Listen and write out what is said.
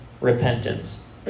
repentance